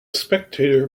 spectator